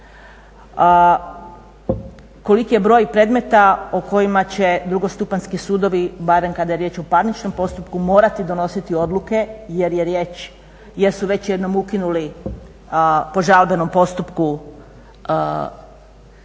koliki je broj predmeta o kojima će drugostupanjski sudovi barem kada je riječ o parničnom postupku morati donositi odluke jer su već jednom ukinuli po žalbenom postupku predmet